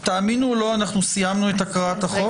תאמינו או לא, אנחנו סיימנו את הקראת החוק.